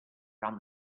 found